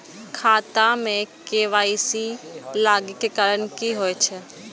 खाता मे के.वाई.सी लागै के कारण की होय छै?